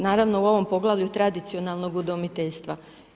Naravno u ovom poglavlju tradicionalnog udomiteljstva.